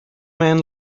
man